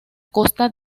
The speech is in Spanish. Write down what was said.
costa